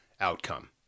outcome